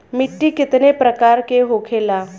मिट्टी कितने प्रकार के होखेला?